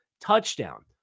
touchdown